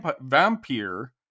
vampire